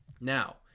Now